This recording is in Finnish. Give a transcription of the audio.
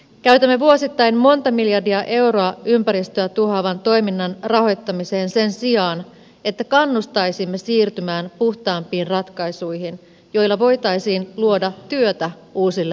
käytämme vuosittain monta miljardia euroa ympäristöä tuhoavan toiminnan rahoittamiseen sen sijaan että kannustaisimme siirtymään puhtaampiin ratkaisuihin joilla voitaisiin luoda työtä uusille aloille